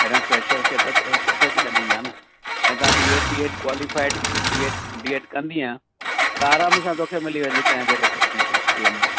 पहिरियों फ्रैशर खे त किथे बि ॾींदा न ऐं तव्हां B Ed D Ed qualified B Ed D Ed कंदींअ आरामु सां तोखे मिली कंहिं बि रैकोग्नाईज़ेशन स्कूल में